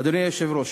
אדוני היושב-ראש,